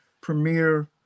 Premier